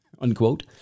Unquote